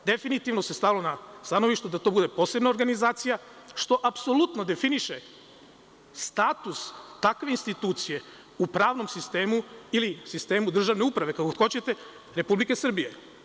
Definitivno se stalno na stanovištu da to bude posebna organizacija, što apsolutno definiše status takve institucije u pravnom sistemu ili sistemu državne uprave, kako god hoćete, Republike Srbije.